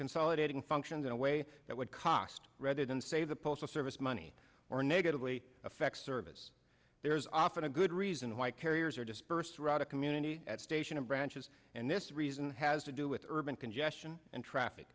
consolidating functions in a way that would cost rather than say the postal service money or negatively effect service there's often a good reason why carriers are dispersed throughout a community at station of branches and this reason has to do with urban congestion and traffic